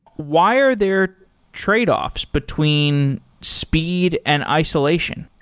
why are there tradeoffs between speed and isolation?